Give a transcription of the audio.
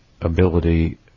ability